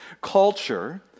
culture